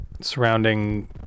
surrounding